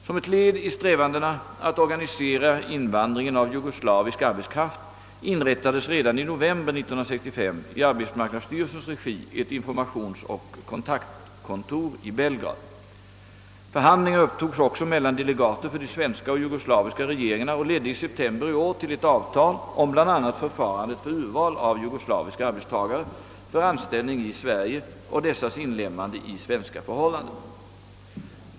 Som ett led i strävandena att organisera invandringen av jugoslavisk arbetskraft inrättades redan i november 1965 i arbetsmarknadsstyrelsens regi ett informationsoch kontaktkontor i Belgrad. Förhandlingar upptogs också mellan delegater för de svenska och jugoslaviska regeringarna och ledde i september i år till ett avtal om bl.a. förfarandet för urval av jugoslaviska arbetstagare för anställning i Sverige och dessas inlemmande i svenska förhållanden.